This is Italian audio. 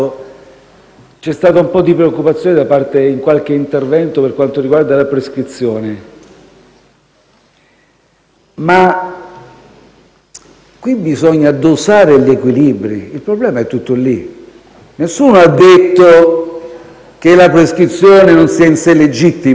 c'è stata un po' di preoccupazione in qualche intervento per quanto riguarda la prescrizione, che bisogna dosare gli equilibri: il problema è tutto lì. Nessuno ha detto che la prescrizione non sia in sé legittima;